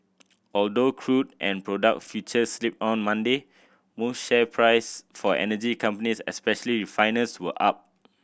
although crude and product futures slipped on Monday most share price for energy companies especially refiners were up